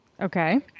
Okay